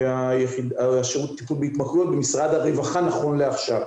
זה שירות הטיפול בהתמכרויות במשרד הרווחה נכון לעכשיו.